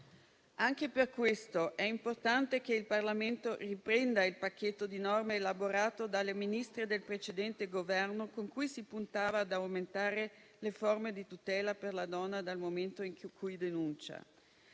Anche per questo è importante che il Parlamento riprenda il pacchetto di norme elaborato dalle Ministre del precedente Governo, con cui si puntava ad aumentare le forme di tutela per la donna dal momento in cui denuncia.